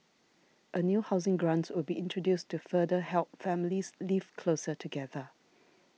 a new housing grant will be introduced to further help families live closer together